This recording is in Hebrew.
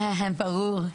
ברור.